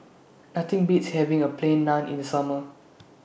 Nothing Beats having A Plain Naan in Summer